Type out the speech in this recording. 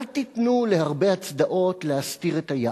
אז אל תיתנו להרבה הצדעות להסתיר את היער,